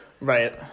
Right